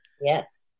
Yes